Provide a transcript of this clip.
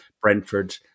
Brentford